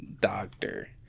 doctor